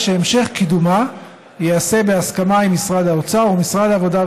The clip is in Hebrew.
שהמשך קידומה יעשה בהסכמה עם משרד האוצר ומשרד העבודה,